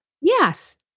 Yes